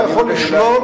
אתה יכול לשלול,